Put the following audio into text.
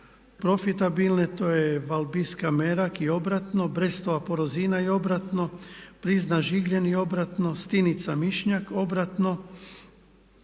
profitabilne to je Valbiska-Merag i obratno, Brestova-Poroizna i obratno, Prizma-Žigljen i obratno, Stinica-Mišnjak obratno,